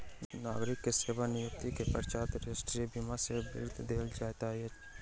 नागरिक के सेवा निवृत्ति के पश्चात राष्ट्रीय बीमा सॅ वृत्ति देल जाइत अछि